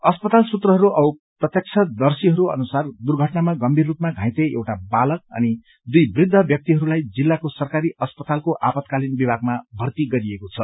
अस्पताल सूत्रहरू औ प्रत्यक्षदर्शीहरू अनुसार दुर्घटनामा गम्भीर रूपमा घाइते एउटा बालक अनि दुइ वृद्ध व्यक्तिहरूलाई जिल्लाको सरकारी अस्पतालको आपतकालीन विभागमा भर्ती गरिएको छ